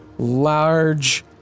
Large